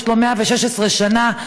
שיש לו 116 שנה,